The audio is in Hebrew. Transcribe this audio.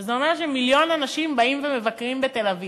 שזה אומר שמיליון אנשים באים ומבקרים בתל-אביב.